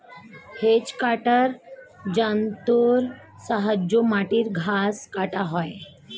hedge কাটার যন্ত্রের সাহায্যে মাটির ঘাস কাটা হয়